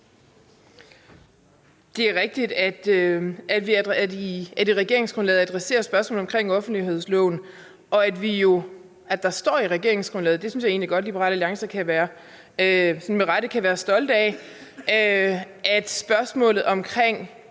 Det er rigtigt, at regeringsgrundlaget adresserer spørgsmålet om offentlighedsloven, og at der står i regeringsgrundlaget – det synes jeg godt at Liberal Alliance med rette kan være stolte af – at spørgsmålet om